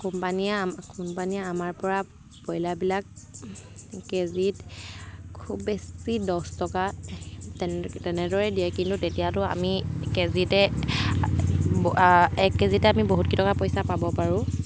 কোম্পানীয়ে কোম্পানীয়ে আমাৰপৰা ব্ৰইলাৰবিলাক কেজিত খুব বেছি দহ টকা তেনেদৰেই দিয়ে কিন্তু তেতিয়াতো আমি কেজিতে এক কেজিতে আমি বহুতকেইটকা পইচা পাব পাৰোঁ